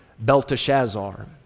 Belteshazzar